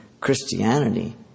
Christianity